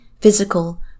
physical